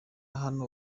hano